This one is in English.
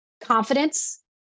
confidence